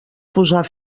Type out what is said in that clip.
posar